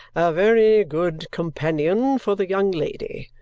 a very good companion for the young lady,